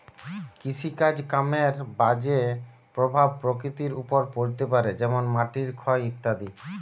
কৃষিকাজ কামের বাজে প্রভাব প্রকৃতির ওপর পড়তে পারে যেমন মাটির ক্ষয় ইত্যাদি